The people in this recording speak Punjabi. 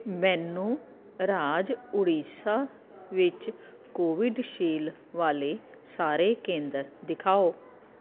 ਮੈਨੂੰ ਰਾਜ ਉੜੀਸਾ ਵਿੱਚ ਕੋਵਿਡਸ਼ੀਲ ਵਾਲੇ ਸਾਰੇ ਕੇਂਦਰ ਦਿਖਾਓ